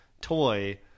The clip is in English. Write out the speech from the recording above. toy